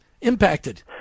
impacted